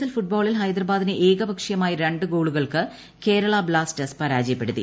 L ഫുട്ബോളിൽ ഹൈദരാബാദിനെ ഏകപക്ഷീയമായ രണ്ട് ഗോളുകൾക്ക് കേരളാ ബ്ലാസ്റ്റേഴ്സ് പരാജയപ്പെടുത്തി